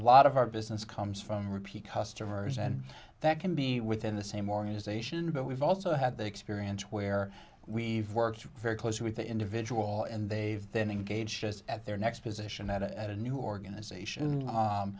lot of our business comes from repeat customers and that can be within the same organization but we've also had the experience where we've worked very closely with the individual and they've been engaged just at their next position at a new organization